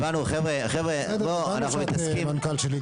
לא צריך לשנות את השם.